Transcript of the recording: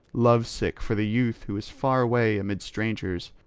love-sick for the youth who is far away amid strangers,